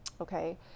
Okay